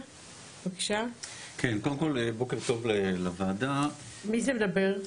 בוקר טוב לוועדה,